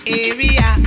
area